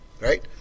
right